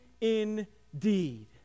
indeed